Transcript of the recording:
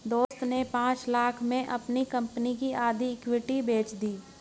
दोस्त ने पांच लाख़ में अपनी कंपनी की आधी इक्विटी बेंच दी